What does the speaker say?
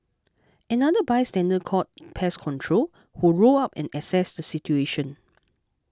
another bystander called pest control who rolled up and assessed the situation